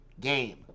game